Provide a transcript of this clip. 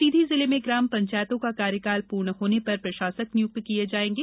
सीधी जिले में ग्राम पंचायतों का कार्यकाल पूर्ण होने पर प्रशासक नियुक्त किये जाएंगे